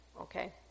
Okay